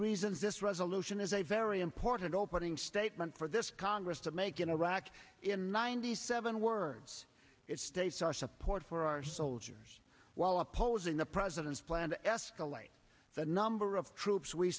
reasons this resolution is a very important opening statement for this congress to make in iraq in ninety seven words it states our support for our soldiers while opposing the president's plan to escalate the number of troops we